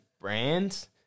brands